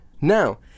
Now